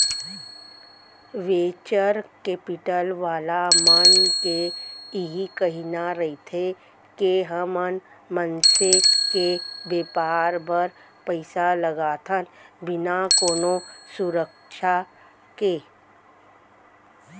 venture capital वाला मन के इही कहिना रहिथे के हमन मनसे के बेपार बर पइसा लगाथन बिना कोनो सुरक्छा के